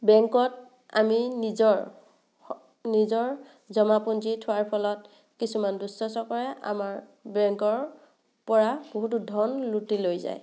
বেংকত আমি নিজৰ নিজৰ জমাপুঞ্জী থোৱাৰ ফলত কিছুমান দুষ্টচক্ৰই আমাৰ বেংকৰ পৰা বহুতো ধন লুটি লৈ যায়